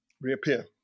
reappear